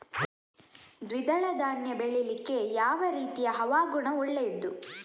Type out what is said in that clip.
ದ್ವಿದಳ ಧಾನ್ಯ ಬೆಳೀಲಿಕ್ಕೆ ಯಾವ ರೀತಿಯ ಹವಾಗುಣ ಒಳ್ಳೆದು?